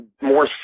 more